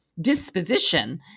disposition